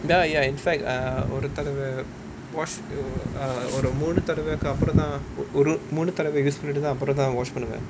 ya lah ya in fact err ஒரு தடவ:oru thadava wash ஒரு மூணு தடவைக்கு அப்புறம் தான் ஒரு மூணு தடவ:oru moonu thadavai appuram thaan oru moonu tadava use பண்ணிட்டு அப்புறம் தான்:pannittu appuram thaan wash பண்ணுவேன்:pannuvaen